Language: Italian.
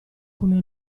come